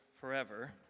forever